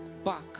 back